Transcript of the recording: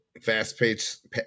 fast-paced